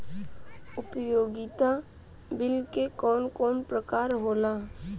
उपयोगिता बिल के कवन कवन प्रकार होला?